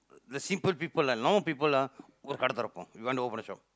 the simple people are normal people are ஒரு கடை திறப்போம்:oru kadai thirappoom we want to open a shop